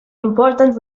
important